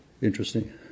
interesting